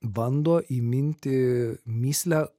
bando įminti mįslę